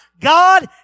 God